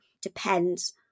depends